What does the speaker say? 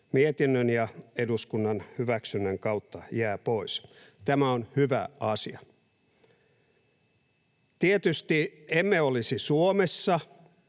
mietinnön ja eduskunnan hyväksynnän kautta pois. Tämä on hyvä asia. Tietystikään emme olisi Suomessa,